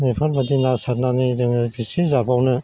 बेफोरबायदि ना सारनानै जोङो बेसे जाबावनो